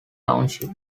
township